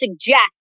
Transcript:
suggest